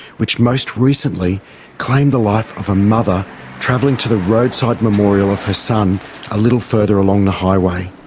which most recently claimed the life of a mother travelling to the roadside memorial of her son a little further along the highway.